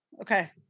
Okay